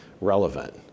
relevant